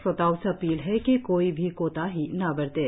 श्रोताओं से अपील है कि कोई भी कोताही न बरतें